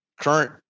current